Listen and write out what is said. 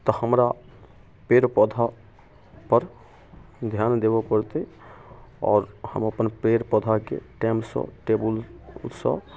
तऽ हमरा पेड़ पौधापर ध्यान देबऽ पड़तै आओर हम अपन पेड़ पौधाके टाइमसँ टेबुलसँ